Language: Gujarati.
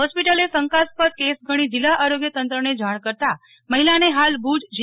હોસ્પિટલે શંકાસ્પદ કેસ ગણી જિલ્લા આરોગ્ય તંત્રને જાણ કરતાં મહિલાને હાલ ભુજ જી